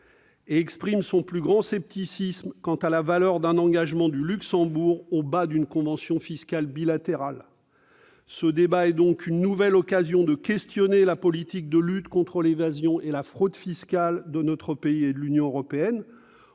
Il exprime son plus grand scepticisme quant à la valeur d'un engagement du Luxembourg au bas d'une convention fiscale bilatérale. Ce débat est une nouvelle occasion de poser des questions sur la politique de lutte contre l'évasion et la fraude fiscales de notre pays et de l'Union européenne